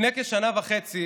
לפני כשנה וחצי